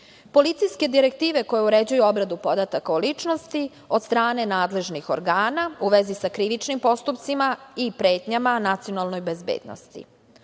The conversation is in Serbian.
godine. Policijske direktive koje uređuju obradu podataka o ličnosti od strane nadležnih organa u vezi sa krivičnim postupcima i pretnjama nacionalnoj bezbednosti,